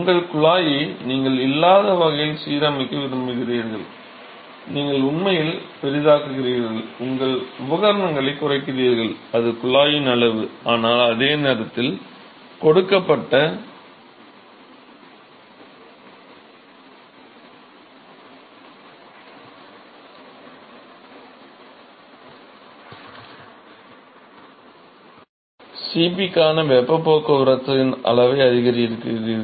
உங்கள் குழாயை நீங்கள் இல்லாத வகையில் சீரமைக்க விரும்புகிறீர்கள் நீங்கள் உண்மையில் பெரிதாக்குகிறீர்கள் உங்கள் உபகரணங்களைக் குறைக்கிறீர்கள் அது குழாயின் அளவு ஆனால் அதே நேரத்தில் கொடுக்கப்பட்ட Cp க்கான வெப்பப் போக்குவரத்தின் அளவை அதிகரிக்கிறீர்கள்